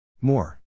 More